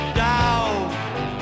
down